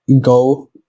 go